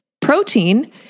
Protein